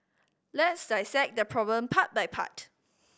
let's dissect the problem part by part